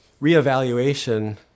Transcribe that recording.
reevaluation